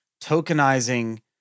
tokenizing